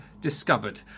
discovered